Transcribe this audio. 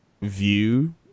view